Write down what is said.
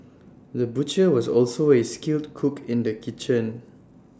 the butcher was also A skilled cook in the kitchen